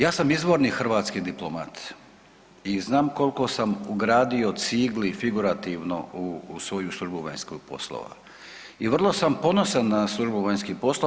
Ja sa izvorni hrvatski diplomat i znam koliko sam ugradio cigli, figurativno, u svoju službu vanjskih poslova i vrlo sam ponosan na službu vanjskih poslova.